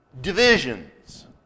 divisions